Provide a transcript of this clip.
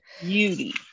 Beauty